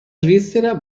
svizzera